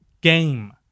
game